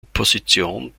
opposition